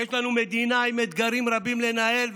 יש לנו מדינה עם אתגרים רבים לנהל,